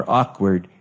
awkward